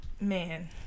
Man